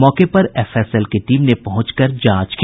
मौके पर एफएसएल की टीम ने पहुंच कर जांच की